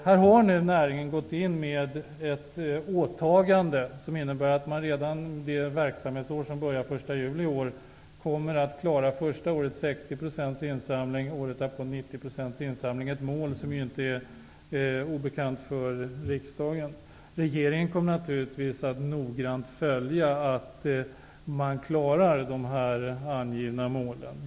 Här har näringen gått in med ett åtagande, som innebär att man redan under det verksamhetsår som börjar den 1 juli i år kommer att kunna uppnå 60 % insamling och året därpå 90 %. Det är ett mål som inte är obekant för riksdagen. Regeringen kommer naturligtvis att noggrant följa att man klarar de angivna målen.